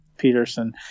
peterson